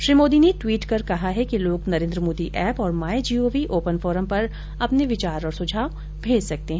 श्री मोदी ने ट्वीट कर कहा है कि लोग नरेन्द्र मोदी ऐप और my G O V open forum पर अपने विचार और सुझाव भेज सकते हैं